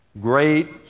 great